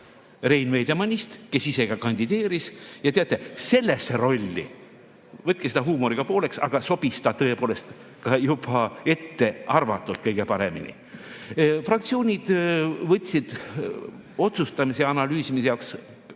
Rein Veidemannist, kes ise ka kandideeris. Ja teate, sellesse rolli, võtke seda huumoriga pooleks, sobis ta tõepoolest ka juba ettearvatult kõige paremini. Fraktsioonid võtsid otsustamiseks ja analüüsimiseks